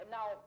Now